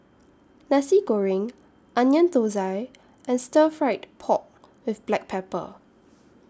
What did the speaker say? Nasi Goreng Onion Thosai and Stir Fried Pork with Black Pepper